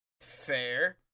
Fair